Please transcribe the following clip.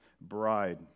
bride